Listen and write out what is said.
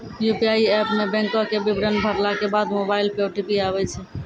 UPI app मे बैंको के विबरण भरला के बाद मोबाइल पे ओ.टी.पी आबै छै